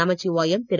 Namachivayam Thiru